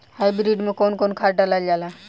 Hybrid में कउन कउन खाद डालल जाला?